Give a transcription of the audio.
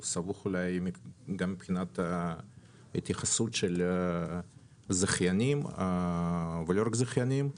הוא סבוך אולי גם מבחינת ההתייחסות של זכיינים ולא רק זכיינים.